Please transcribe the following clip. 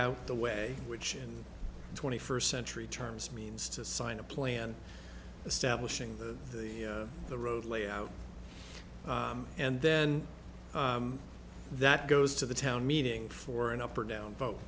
out the way which and twenty first century terms means to sign a plan establishing the the road layout and then that goes to the town meeting for an up or down vote